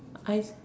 I